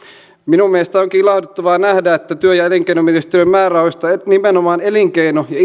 minun mielestäni onkin ilahduttavaa nähdä että työ ja elinkeinoministeriön määrärahoista nimenomaan elinkeino ja